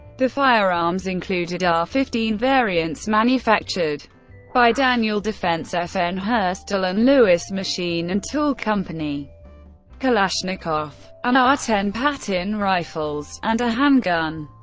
the firearms included ar fifteen variants manufactured by daniel defense, fn herstal, and lewis machine and tool company kalashnikov and ar ten pattern rifles and a handgun.